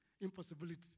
impossibility